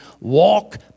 walk